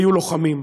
היו לוחמים.